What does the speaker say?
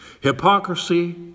Hypocrisy